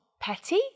petty